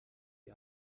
die